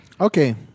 Okay